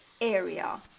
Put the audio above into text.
area